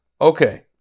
okay